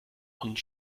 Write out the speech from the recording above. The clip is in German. und